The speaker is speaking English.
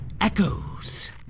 Echoes